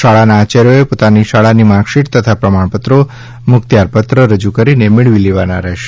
શાળાના આચાર્યોએ પોતાની શાળાની માર્કશીટ તથા પ્રમાણપત્રો મુખત્યારપત્ર રજૂ કરીને મેળવી લેવાના રહેશે